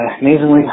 amazingly